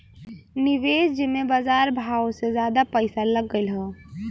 निवेस जिम्मे बजार भावो से जादा पइसा लग गएल हौ